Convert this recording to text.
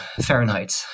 Fahrenheit